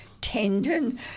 tendon